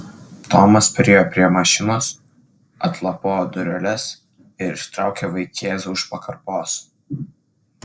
tomas priėjo prie mašinos atlapojo dureles ir ištraukė vaikėzą už pakarpos